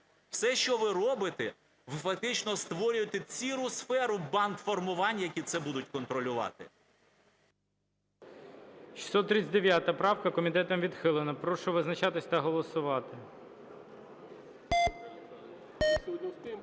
Все, що ви робите ви фактично створюєте цілу сферу бандформувань, які це будуть контролювати. ГОЛОВУЮЧИЙ. 639 правка. Комітетом відхилена. Прошу визначатися та голосувати.